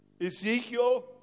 Ezekiel